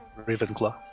Ravenclaw